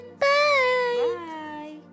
Bye